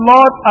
Lord